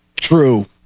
True